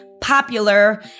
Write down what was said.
popular